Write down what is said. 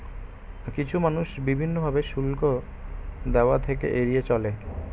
কিছু মানুষ বিভিন্ন ভাবে শুল্ক দেওয়া থেকে এড়িয়ে চলে